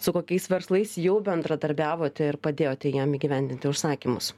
su kokiais verslais jau bendradarbiavote ir padėjote jiem įgyvendinti užsakymus